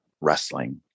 wrestling